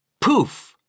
Poof